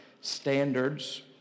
standards